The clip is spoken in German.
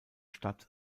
stadt